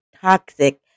toxic